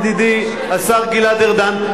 ידידי השר גלעד ארדן.